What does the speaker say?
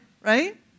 right